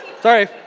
Sorry